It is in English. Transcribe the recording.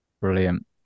brilliant